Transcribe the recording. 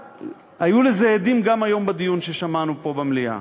היו לזה הדים גם היום בדיון ששמענו פה במליאה.